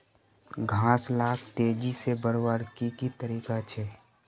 घास लाक तेजी से बढ़वार की की तरीका छे?